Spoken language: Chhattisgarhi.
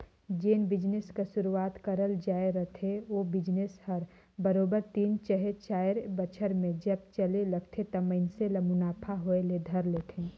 जेन बिजनेस कर सुरूवात करल जाए रहथे ओ बिजनेस हर बरोबेर तीन चहे चाएर बछर में जब चले लगथे त मइनसे ल मुनाफा होए ल धर लेथे